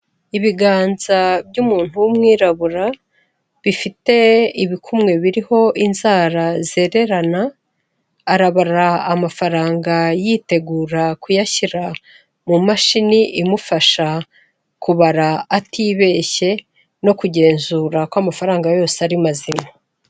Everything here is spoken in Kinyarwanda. Ibiganza by'umuntu w'umwirabura, bifite ibikumwe biriho inzara zererana, arabara amafaranga yitegura kuyashyira mu mashini imufasha kubara atibeshye no kugenzura ko amafaranga yose ari mazima.